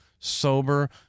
Sober